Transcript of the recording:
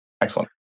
Excellent